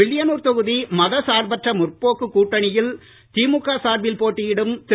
வில்லியனூர் தொகுதி மதசார்பற்ற முற்போக்கு கூட்டணி திமுக சார்பில் போட்டியிடும் திரு